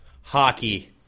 Hockey